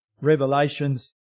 Revelations